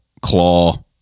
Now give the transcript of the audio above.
claw